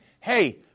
Hey